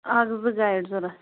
اَکھ زٕ گایِڈ ضوٚرَتھ